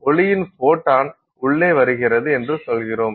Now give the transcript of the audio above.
ஒளியின் ஃபோட்டான் உள்ளே வருகிறது என்று சொல்கிறோம்